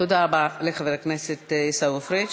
תודה רבה לחבר הכנסת עיסאווי פריג'.